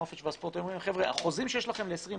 הנופש והספורט שהחוזים שיש להם ל-2020,